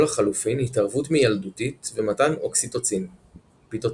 או לחלופין התערבות מיילדותית ומתן אוקסיטוצין פיטוצין.